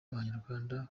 abanyarwanda